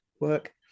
work